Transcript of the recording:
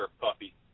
puppy